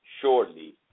surely